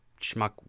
schmuck